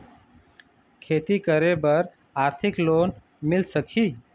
खेती करे बर आरथिक लोन मिल सकही?